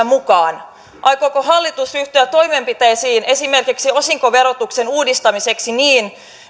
mukaan toteutuu aikooko hallitus ryhtyä toimenpiteisiin esimerkiksi osinkoverotuksen uudistamiseksi niin